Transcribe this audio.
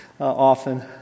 often